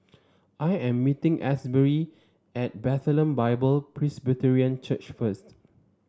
I am meeting Asberry at Bethlehem Bible Presbyterian Church first